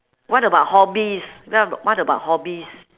what about hobbies what about what about hobbies